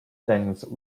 thanks